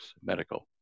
medical